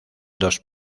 dos